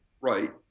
Right